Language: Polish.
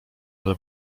ale